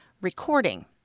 recording